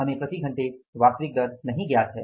हमें प्रति घंटे वास्तविक दर नहीं ज्ञात है